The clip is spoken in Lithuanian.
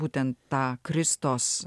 būtent tą kristos